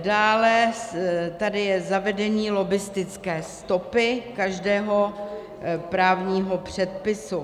Dále tady je zavedení lobbistické stopy každého právního předpisu.